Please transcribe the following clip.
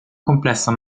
complessa